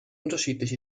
unterschiedlich